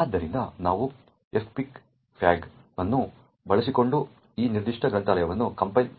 ಆದ್ದರಿಂದ ನಾವು fpic flag ಅನ್ನು ಬಳಸಿಕೊಂಡು ಈ ನಿರ್ದಿಷ್ಟ ಗ್ರಂಥಾಲಯವನ್ನು ಕಂಪೈಲ್